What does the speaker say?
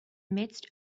midst